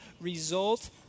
result